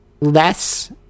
less